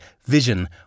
vision